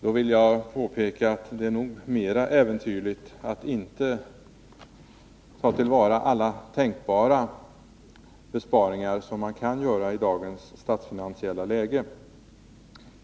Jag vill påpeka att det nog är mer äventyrligt att inte ta till vara alla tänkbara besparingar som man kan göra i dagens statsfinansiella läge.